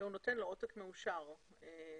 והוא נותן לו עותק מאושר בסריקה,